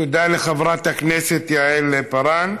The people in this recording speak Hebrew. תודה לחברת הכנסת יעל פארן.